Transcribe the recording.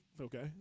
Okay